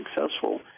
successful